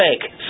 fake